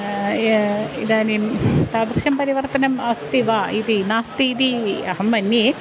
इदानीं तादृशं परिवर्तनम् अस्ति वा इति नास्ति इति अहं मन्ये